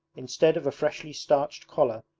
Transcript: instead of a freshly starched collar,